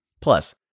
Plus